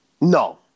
no